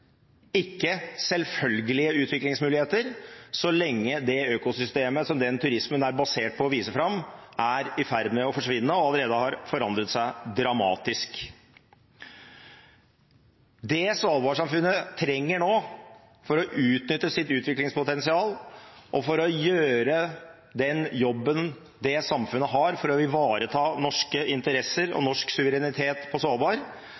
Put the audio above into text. ikke selvfølgelige utviklingsmuligheter så lenge det økosystemet som den turismen er basert på å vise fram, er i ferd med å forsvinne og allerede har forandret seg dramatisk. Det Svalbard-samfunnet trenger nå for å utnytte sitt utviklingspotensial og for å gjøre den jobben det samfunnet har for å ivareta norske interesser og norsk suverenitet på